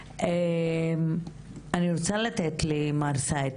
אז יש החלטה של מנכ"לית המשרד